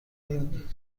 این